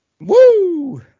Woo